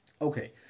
Okay